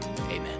amen